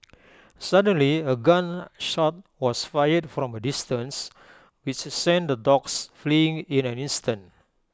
suddenly A gun shot was fired from A distance which sent the dogs fleeing in an instant